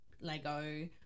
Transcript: Lego